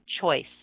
choice